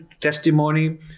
testimony